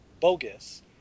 bogus